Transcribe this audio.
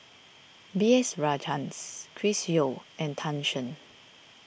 B S Rajhans Chris Yeo and Tan Shen